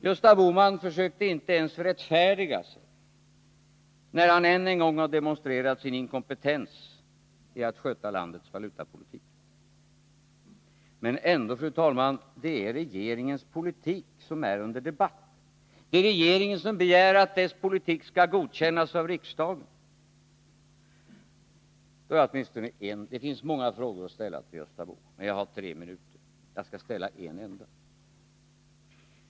Gösta Bohman försökte inte ens rättfärdiga sig när han än en gång har demonstrerat sin inkompetens i att sköta landets valutapolitik. Men ändå, fru talman: Det är regeringens politik som är under debatt. Det är regeringen som begär att dess politik skall godkännas av riksdagen. Det finns många frågor att ställa till Gösta Bohman, men jag har tre minuter på mig och skall ställa en enda.